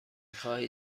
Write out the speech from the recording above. خواهید